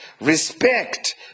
respect